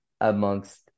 amongst